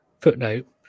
footnote